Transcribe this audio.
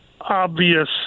obvious